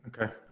Okay